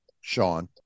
Sean